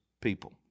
people